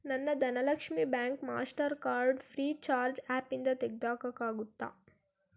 ನನ್ನ Dhanlaxmi bank Mastercard Freecharge ಆ್ಯಪಿಂದ ತೆಗೆದು ಹಾಕೋಕ್ಕಾಗುತ್ತಾ